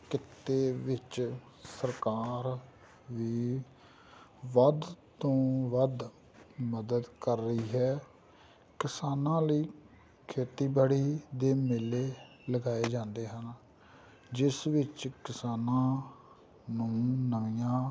ਕਿੱਤੇ ਵਿੱਚ ਸਰਕਾਰ ਵੀ ਵੱਧ ਤੋਂ ਵੱਧ ਮਦਦ ਕਰ ਰਹੀ ਹੈ ਕਿਸਾਨਾਂ ਲਈ ਖੇਤੀਬਾੜੀ ਦੇ ਮੇਲੇ ਲਗਾਏ ਜਾਂਦੇ ਹਨ ਜਿਸ ਵਿੱਚ ਕਿਸਾਨਾਂ ਨੂੰ ਨਵੀਆਂ